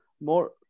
More